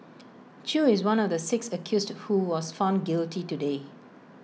chew is one of the six accused who was found guilty today